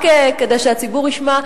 רק כדי שהציבור ישמע,